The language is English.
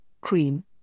cream